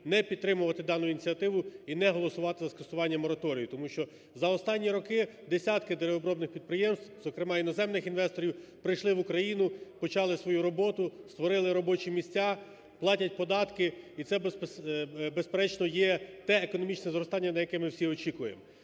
не підтримувати дану ініціативу і не голосувати за скасування мораторію. Тому що за останні роки десятки деревообробних підприємств, зокрема іноземних інвесторів, прийшли в Україну, почали свою роботу, створили робочі місця, платять податки і це, безперечно, є те економічне зростання, на яке ми всі очікуємо.